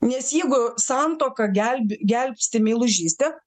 nes jeigu santuoką gelbi gelbsti meilužystė